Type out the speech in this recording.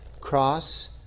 cross